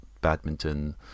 badminton